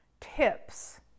Tips